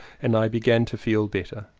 and i begin to feel better.